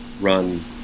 run